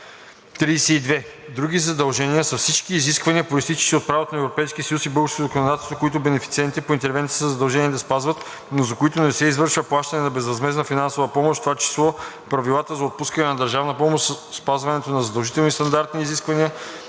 „32. „Други задължения“ са всички изисквания, произтичащи от правото на Европейския съюз и българското законодателство, които бенефициентите по интервенцията са задължени да спазват, но за които не се извършва плащане на безвъзмездна финансова помощ, в това число правилата за отпускане на държавна помощ, спазването на задължителни стандарти и изисквания,